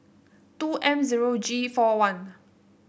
two M zero G four one